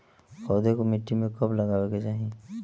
पौधे को मिट्टी में कब लगावे के चाही?